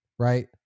Right